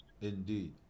indeed